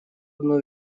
одну